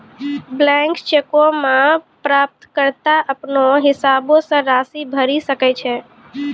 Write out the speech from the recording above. blank चेको मे प्राप्तकर्ता अपनो हिसाबो से राशि भरि सकै छै